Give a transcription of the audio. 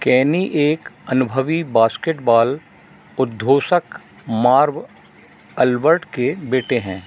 केनी एक अनुभवी बास्केटबॉल उद्घोषक मार्व अल्बर्ट के बेटे हैं